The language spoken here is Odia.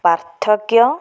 ପାର୍ଥକ୍ୟ